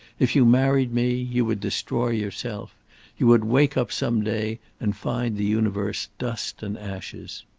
if you married me, you would destroy yourself you would wake up some day, and find the universe dust and ashes.